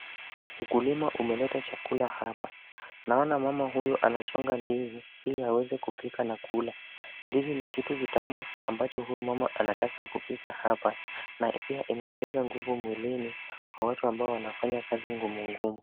Ukulima umeleta chakula hapa. Naona mama huyu anachonga ndizi ili aweze kupika na kula. Ndizi ni kitu kitamu ambacho huyu mama anataka kupika hapa, na pia inaongeza nguvu mwilini kwa watu ambao wanafanya kazi ngumu ngumu.